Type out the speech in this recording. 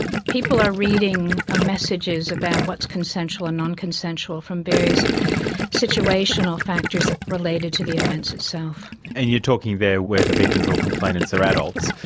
people are reading ah messages about what's consensual and what's non-consensual from various situational factors related to the offence itself. and you're talking there where the victims or complainants are adults.